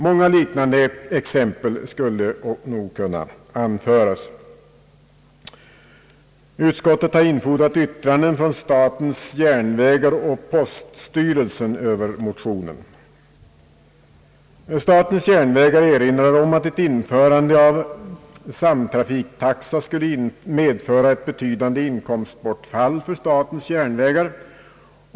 Många liknande exempel skulle kunna anföras. Utskottet har infordrat yttrande från statens järnvägar och poststyrelsen över motionerna. Statens järnvägar erinrar om att ett införande av samtrafiktaxa skulle medföra ett betydande inkomstbortfall för statens järnvägar.